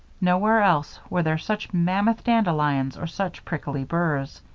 nowhere else were there such mammoth dandelions or such prickly burrs.